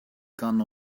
gun